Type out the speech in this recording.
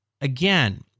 again